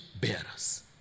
bearers